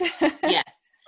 Yes